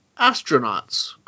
astronauts